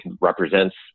represents